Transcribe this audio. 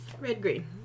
Red-green